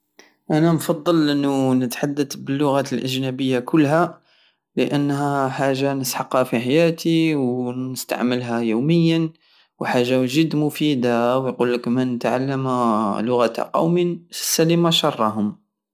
انا نفضل انو نتحدت باللغات الاجنبية كلها لانها حاجة نسحقها في حياتي ونستعملها يوميا وحاجة جد مفيدة يقلك من تعلم لغة قوم سلم شرهم